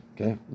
okay